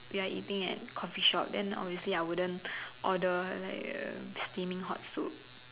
we're eating at coffee shop then obviously I wouldn't order like a steaming hot soup